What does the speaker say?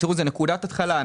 תראו, זאת נקודת התחלה.